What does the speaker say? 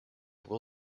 will